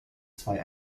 zwei